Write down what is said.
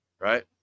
right